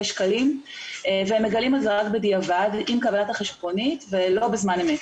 שקלים והם מגלים את זה רק בדיעבד עם קבלת החשבונית ולא בזמן אמת.